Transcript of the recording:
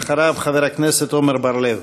אחריו, חבר הכנסת עמר בר-לב.